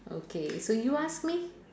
okay so you ask me